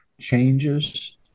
changes